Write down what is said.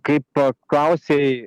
kai paklausei